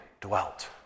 dwelt